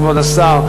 כבוד השר,